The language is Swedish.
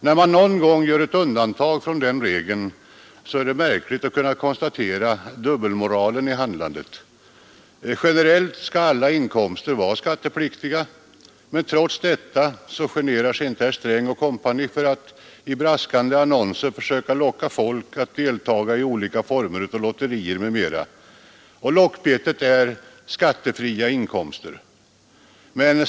När man någon gång gör ett undantag från den regeln, är det märkligt att kunna konstatera dubbelmoralen i handlandet. Generellt skall alla inkomster vara skattepliktiga, men trots detta generar sig herr Sträng & Co inte för att i braskande annonser försöka locka folk att delta i olika former av lotterier m.m. Lockbetet är ”skattefria inkomster”.